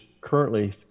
currently